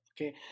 Okay